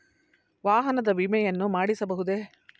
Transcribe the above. ವಾಹನದ ವಿಮೆಯನ್ನು ಮಾಡಿಸಬಹುದೇ?